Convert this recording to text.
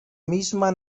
misma